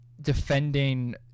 defending